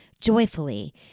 joyfully